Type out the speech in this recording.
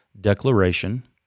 declaration